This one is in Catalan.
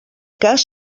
cas